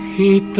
the